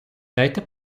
дайте